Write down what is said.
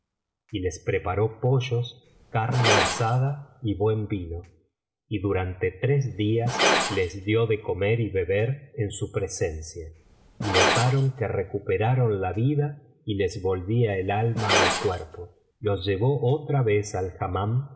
y les preparó pollos carne asada y buen vino y durante tres días les dio de comer y beber en su presencia y notaron que recuperaban la vida y les volvía el alma al cuerpo los llevó otra vez al